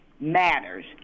matters